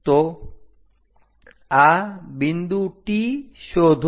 તો આ બિંદુ T શોધો